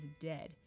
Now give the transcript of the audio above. dead